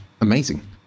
Amazing